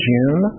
June